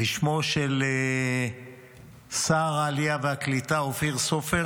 בשמו של שר העלייה והקליטה אופיר סופר